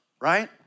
right